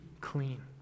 clean